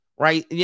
Right